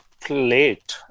plate